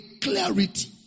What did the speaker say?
clarity